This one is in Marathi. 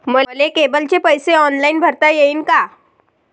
मले केबलचे पैसे ऑनलाईन भरता येईन का?